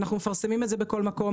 אנחנו מפרסמים את זה בכל מקום,